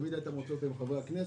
תמיד היית מוצא אותו עם חבר כנסת,